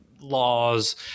laws